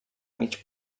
mig